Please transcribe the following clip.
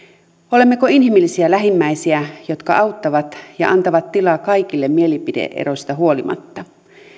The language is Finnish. olemmeko inhimillisiä lähimmäisiä jotka auttavat ja antavat tilaa kaikille mielipide eroista huolimatta